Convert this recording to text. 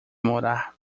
morar